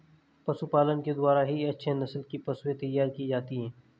पशुपालन के द्वारा ही अच्छे नस्ल की पशुएं तैयार की जाती है